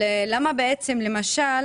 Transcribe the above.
למה למשל